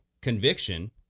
conviction